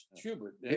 Schubert